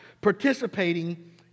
participating